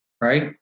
right